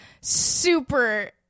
super